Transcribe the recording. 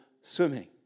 swimming